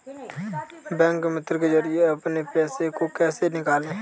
Bank मित्र के जरिए अपने पैसे को कैसे निकालें?